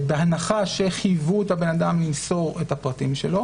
בהנחה שחייבו את הבן-אדם למסור את הפרטים שלו,